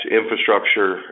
infrastructure